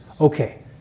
Okay